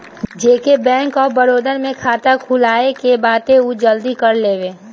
जेके bank of Baroda में खाता खुलवाए के बाटे उ जल्दी कर लेवे